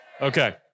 Okay